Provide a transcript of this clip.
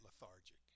lethargic